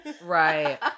Right